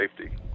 safety